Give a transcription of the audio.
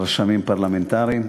רשמים פרלמנטריים,